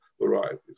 varieties